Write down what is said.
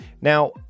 Now